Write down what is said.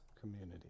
community